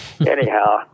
Anyhow